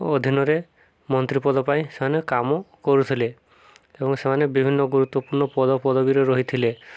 ଅଧୀନରେ ମନ୍ତ୍ରୀପଦ ପାଇଁ ସେମାନେ କାମ କରୁଥିଲେ ଏବଂ ସେମାନେ ବିଭିନ୍ନ ଗୁରୁତ୍ୱପୂର୍ଣ୍ଣ ପଦପଦବୀରେ ରହିଥିଲେ